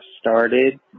started